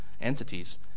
entities